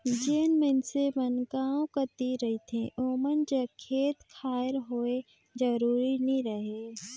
जेन मइनसे मन गाँव कती रहथें ओमन जग खेत खाएर होए जरूरी नी रहें